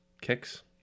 kicks